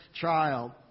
child